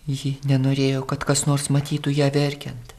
ji nenorėjo kad kas nors matytų ją verkiant